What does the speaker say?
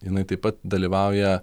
jinai taip pat dalyvauja